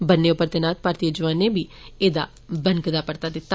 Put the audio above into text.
बन्ने पर तैनात भारतीय जवानें बी एहदा बनकदा परता दिता